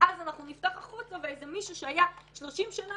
אז אנחנו נפתח החוצה ואיזה מישהו שהיה 30 שנה